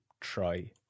try